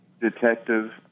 Detective